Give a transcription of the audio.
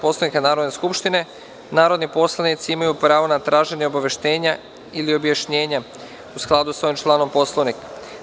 Poslovnika Narodne skupštine, narodni poslanici imaju pravo na traženje obaveštenja ili objašnjenja u skladu sa članom Poslovnika.